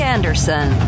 Anderson